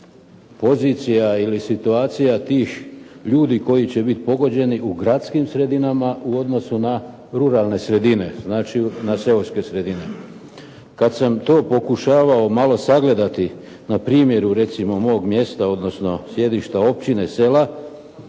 pozicija ili situacija tih ljudi koji će biti pogođeni u gradskim sredinama u odnosu na ruralne sredine, znači na seoske sredine. Kada sam to pokušavao malo sagledati na primjeru recimo mog mjesta, odnosno sjedište, općine, sela,